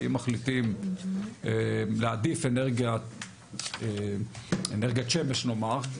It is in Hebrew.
כי אם מחליטים להעדיף אנרגיית שמש נאמר,